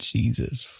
Jesus